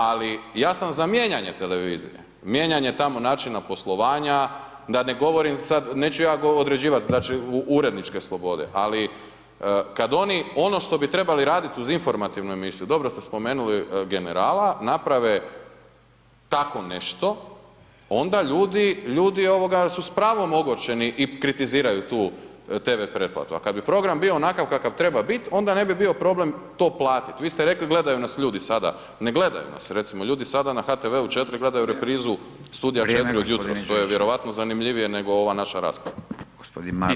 Ali ja sam za mijenjanje televizije, mijenjanje tamo načina poslovanja, da ne govorim sad, neću ja određivat znači uredničke slobode, ali kad oni ono što bi trebali radit uz informativnu emisiju, dobro ste spomenuli „Generala“ naprave tako nešto onda ljudi, ljudi ovoga su s pravom ogorčeni i kritiziraju tu TV pretplatu, a kad bi program bio onakav kakav treba bit onda ne bi bio problem to platit, vi ste rekli gledaju nas ljudi sada, ne gledaju nas, recimo ljudi sada na HTV 4 gledaju reprizu „Studija 4“ od jutros [[Upadica: Vrijeme g. Đujiću]] to je vjerojatno zanimljivije nego ova naša rasprava i to je problem.